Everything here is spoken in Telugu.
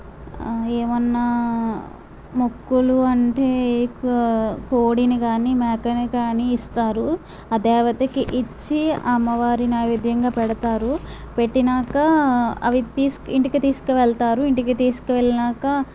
ఏమన్నా మొక్కులు అంటే ఎక్కువ కోడిని కానీ మేకని కానీ ఇస్తారు ఆ దేవతకి ఇచ్చి అమ్మవారి నైవేద్యంగా పెడతారు పెట్టినాక అవి తీసుకు ఇంటికి తీసుకు వెళ్తారు ఇంటికి తీసుకువెళ్ళినాక